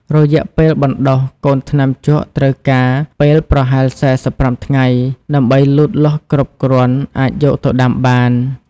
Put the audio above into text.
រយៈពេលបណ្ដុះ កូនថ្នាំជក់ត្រូវការពេលប្រហែល ៤៥ ថ្ងៃដើម្បីលូតលាស់គ្រប់គ្រាន់អាចយកទៅដាំបាន។